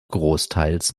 großteils